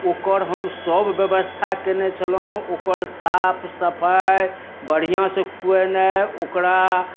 ओकर हम सब व्यवस्था कयने छलहुँ ओकर साफ सफाइ बढ़िआँसँ खुएनाइ ओकरा